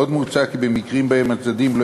עוד מוצע כי במקרים שבהם הצדדים לא